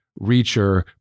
Reacher